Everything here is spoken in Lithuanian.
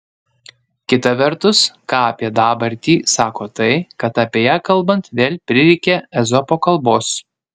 kita vertus ką apie dabartį sako tai kad apie ją kalbant vėl prireikia ezopo kalbos